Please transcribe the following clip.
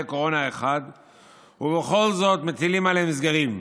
קורונה אחד ובכל זאת מטילים עליהם סגרים.